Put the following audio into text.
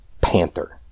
panther